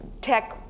tech